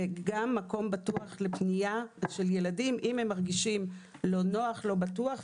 וגם מקום בטוח לפנייה של ילדים אם הם מרגישים לא נוח או לא בטוח,